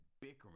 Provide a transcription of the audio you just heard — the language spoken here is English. bickering